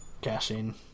cash-in